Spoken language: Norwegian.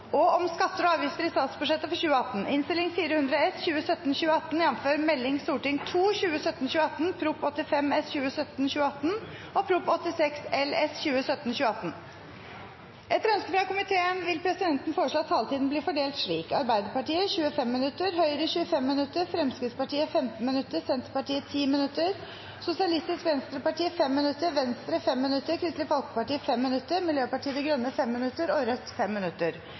opplyse om at møtet i dag om nødvendig fortsetter utover kl. 16.00. Etter ønske fra finanskomiteen vil presidenten foreslå at taletiden blir fordelt slik: Arbeiderpartiet 25 minutter, Høyre 25 minutter, Fremskrittspartiet15 minutter, Senterpartiet 10 minutter, Sosialistisk Venstreparti 5 minutter, Venstre 5 minutter, Kristelig Folkeparti 5 minutter, Miljøpartiet De Grønne 5 minutter og Rødt 5 minutter.